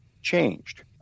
Changed